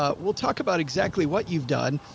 ah we'll talk about exactly what you've done,